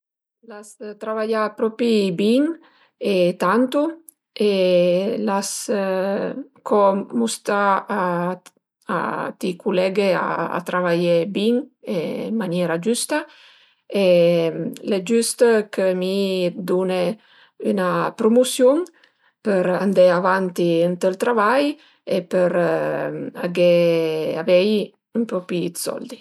L'as travaià propi bin e tantu e l'as co mustà a a ti culeghe a travaié bin e ën maniera giüsta e al e giüst chë mi dune üna prumusiun për andé avanti ënt ël travai e për aghé avei ën po pi d'sold